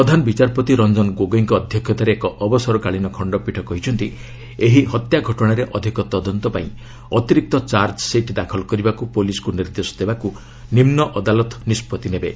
ପ୍ରଧାନ ବିଚାରପତି ରଞ୍ଜନ ଗୋଗୋଇଙ୍କ ଅଧ୍ୟକ୍ଷତାରେ ଏକ ଅବସରକାଳୀନ ଖଣ୍ଡପୀଠ କହିଛନ୍ତି ଏହି ହତ୍ୟା ଘଟଣାରେ ଅଧିକ ତଦନ୍ତ ପାଇଁ ଅତିରିକ୍ତ ଚାର୍ଜସିଟ୍ ଦାଖଲ କରିବାକୁ ପୁଲିସ୍କୁ ନିର୍ଦ୍ଦେଶ ଦେବାକୁ ନିମ୍ବ ଅଦାଲତ ନିଷ୍ପଭି ନେବେ